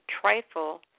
trifle